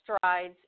strides